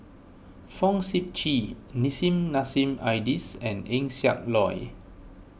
Fong Sip Chee Nissim Nassim Adis and Eng Siak Loy